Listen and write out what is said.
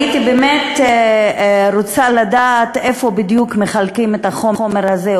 הייתי באמת רוצה לדעת איפה בדיוק מחלקים את החומר הזה,